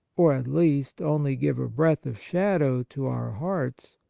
or at least only give a breadth of shadow to our hearts,